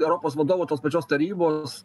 europos vadovų tos pačios tarybos